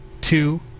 two